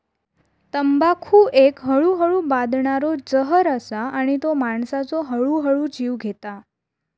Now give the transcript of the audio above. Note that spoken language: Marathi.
तंबाखू एक हळूहळू बादणारो जहर असा आणि तो माणसाचो हळूहळू जीव घेता